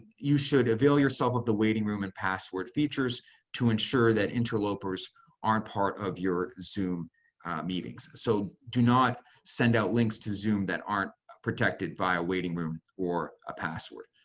you should avail yourself of the waiting room and password features to ensure that interlopers aren't part of your zoom meetings. so do not send out links to zoom that aren't protected by a waiting room or a password.